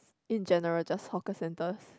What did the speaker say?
in general just hawker centers